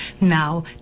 now